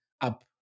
up